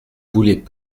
voulait